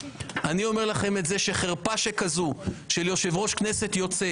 אני אומר לכם שחרפה שכזו של יושב-ראש כנסת יוצא